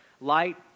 Light